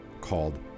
called